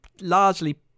largely